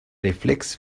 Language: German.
reflex